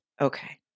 Okay